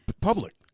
public